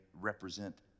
represent